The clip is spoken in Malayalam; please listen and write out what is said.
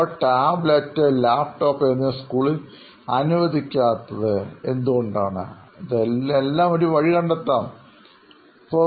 അവർ ടാബ്ലെറ്റ്സ് ലാപ്ടോപ് എന്നിവ സ്കൂളുകളിൽ അനുവദിക്കാത്തത് എന്നെല്ലാം ഡിസൈൻ തിങ്കിങ് വഴി കണ്ടെത്തേണ്ടതുണ്ട്